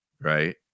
right